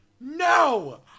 No